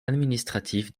administratif